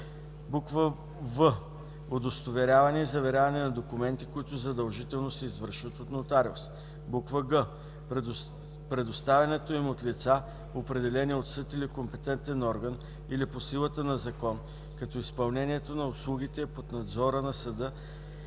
„a”; в) удостоверяване и заверяване на документи, които задължително се извършват от нотариус; г) предоставянето им от лица, определени от съд или компетентен орган, или по силата на закон, като изпълнението на услугите е под надзора на съда